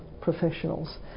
professionals